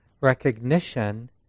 recognition